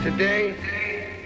Today